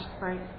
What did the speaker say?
Right